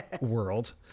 world